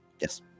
Yes